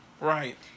Right